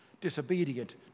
disobedient